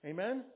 Amen